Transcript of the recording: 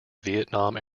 vietnam